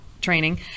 training